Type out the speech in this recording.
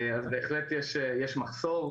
אז בהחלט יש מחסור.